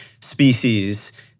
species